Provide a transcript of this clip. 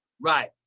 Right